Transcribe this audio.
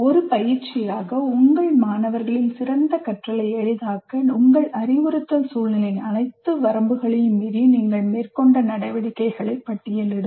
ஒரு பயிற்சியாக உங்கள் மாணவர்களின் சிறந்த கற்றலை எளிதாக்க உங்கள் அறிவுறுத்தல் சூழ்நிலையின் அனைத்து வரம்புகளையும் மீறி நீங்கள் மேற்கொண்ட நடவடிக்கைகளை பட்டியலிடுங்கள்